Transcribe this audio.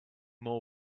more